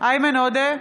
איימן עודה,